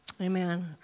Amen